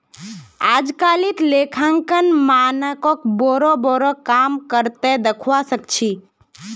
अजकालित लेखांकन मानकक बोरो बोरो काम कर त दखवा सख छि